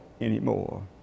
anymore